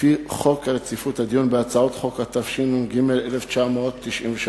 לפי חוק רציפות הדיון בהצעות חוק, התשנ"ג 1993: